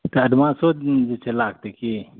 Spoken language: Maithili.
सायद माँसो दिन जे छै लागतै की